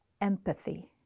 empathy